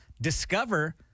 Discover